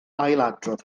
ailadrodd